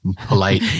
polite